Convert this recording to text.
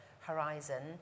horizon